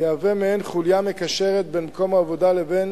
יהווה מעין חוליה מקשרת בין מקום העבודה לבין